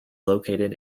located